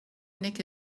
nick